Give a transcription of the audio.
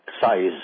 size